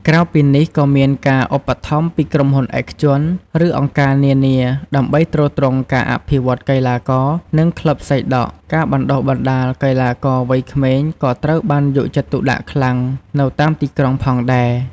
ក្រៅពីនេះ ក៏មានការ ឧបត្ថម្ភ ពីក្រុមហ៊ុនឯកជន ឬអង្គការនានា ដើម្បីទ្រទ្រង់ការអភិវឌ្ឍកីឡាករ និងក្លឹបសីដក់។ ការបណ្ដុះបណ្ដាលកីឡាករវ័យក្មេងក៏ត្រូវបានយកចិត្តទុកដាក់ខ្លាំងនៅតាមទីក្រុងផងដែរ។